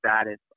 status